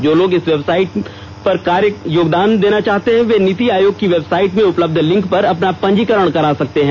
जो लोग इस कार्य में योगदान करना चाहते हैं वे नीति आयोग की वेबसाइट में उपलब्ध लिंक पर अपना पंजीकरण करा सकते हैं